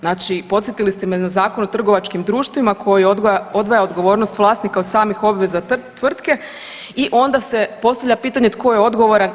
Znači podsjetili ste me na Zakon o trgovačkim društvima koji odvaja odgovornost vlasnika od samih obveza tvrtke i onda se postavlja pitanje, tko je odgovoran?